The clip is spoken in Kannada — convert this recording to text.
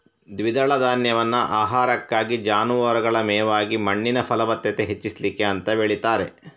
ದ್ವಿದಳ ಧಾನ್ಯವನ್ನ ಆಹಾರಕ್ಕಾಗಿ, ಜಾನುವಾರುಗಳ ಮೇವಾಗಿ ಮಣ್ಣಿನ ಫಲವತ್ತತೆ ಹೆಚ್ಚಿಸ್ಲಿಕ್ಕೆ ಅಂತ ಬೆಳೀತಾರೆ